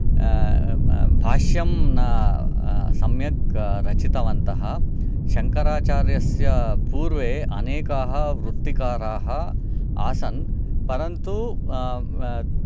भाष्यं न सम्यक् रचितवन्तः शङ्कराचार्यस्य पूर्वे अनेकाः वृत्तिकाराः आसन् परन्तु